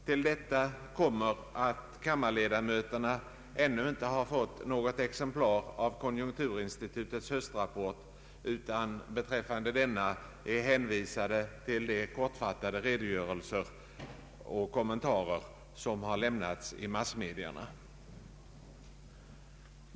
Till detta kommer att kammarledamöterna ännu inte fått något exemplar av konjunkturinstitutets höstrapport, utan beträffande denna är hänvisade till de kortfattade redogörelser och kommentarer som lämnats i massmedierna.